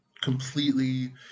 completely